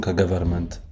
government